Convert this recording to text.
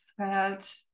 felt